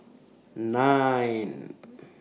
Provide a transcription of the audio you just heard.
nine